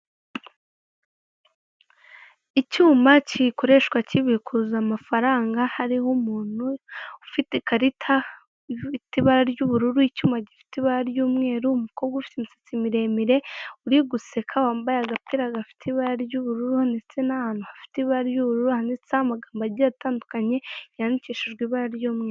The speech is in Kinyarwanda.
Icyuma gikoreshwa kibikuza amafaranga, hari ho umuntu ufite ikarita ifite ibara ry'ubururu, icyuma gifite ibara ry'umweru, umukobwa ufite imisatsi miremire, uri guseka, wambaye agapira gafite ibara ry'ubururu, ndetse n'ahantu hafite ibara ry'ubururu, handitse ho amagambo agiye atandukanye yandikishije ibara ry'umweru.